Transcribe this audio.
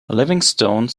livingstone